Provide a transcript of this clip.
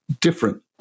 different